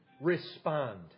Respond